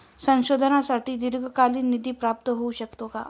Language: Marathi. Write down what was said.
संशोधनासाठी दीर्घकालीन निधी प्राप्त होऊ शकतो का?